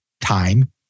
time